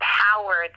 power